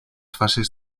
fases